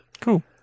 cool